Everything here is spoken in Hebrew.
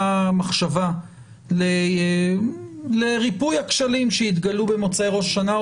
מחשבה לריפוי הכשלים שהתגלו במוצאי ראש השנה.